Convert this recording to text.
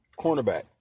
Cornerback